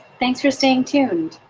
thanks for staying tuned.